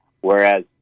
Whereas